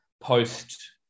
post